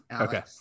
okay